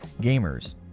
gamers